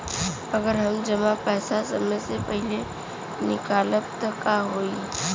अगर हम जमा पैसा समय से पहिले निकालब त का होई?